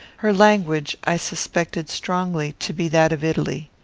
her language i suspected strongly to be that of italy.